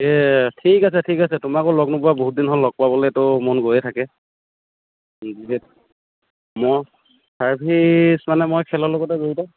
এ ঠিক আছে ঠিক আছে তোমাকো লগ নোপোৱা বহুত দিন হ'ল লগ পাবলৈটো মন গৈয়ে থাকে মই চাৰ্ভিচ মানে মই খেলৰ লগতে জড়িত